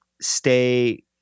stay